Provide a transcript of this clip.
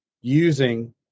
using